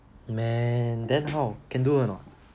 man then how can do or not